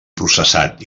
processat